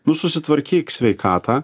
nu susitvarkyk sveikatą